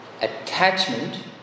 attachment